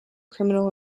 criminal